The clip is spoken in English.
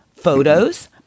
Photos